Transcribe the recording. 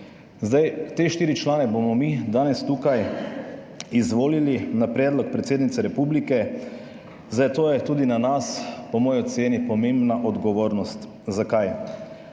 letos. Te štiri člane bomo mi danes tukaj izvolili na predlog predsednice republike, zato je tudi na nas, po moji oceni, pomembna odgovornost. Zakaj?